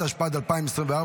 התשפ"ד 2024,